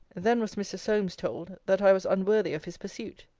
then was mr. solmes told, that i was unworthy of his pursuit.